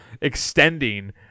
extending